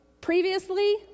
previously